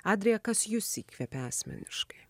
adrija kas jus įkvepia asmeniškai